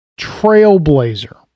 Trailblazer